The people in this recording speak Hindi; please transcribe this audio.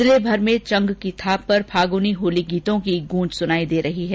जिलेभर में चंग की थाप पर फागुनी होली गीतों की गुंज सुनाई दे रही है